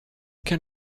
can